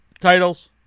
titles